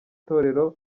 torero